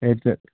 eight തേ